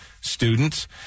students